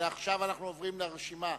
עכשיו אנחנו עוברים לרשימה.